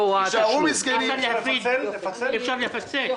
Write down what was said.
--- אפשר לפצל?